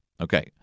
Okay